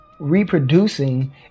reproducing